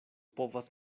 povas